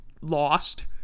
lost